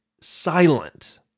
silent